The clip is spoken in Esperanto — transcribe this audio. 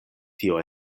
tio